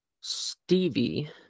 Stevie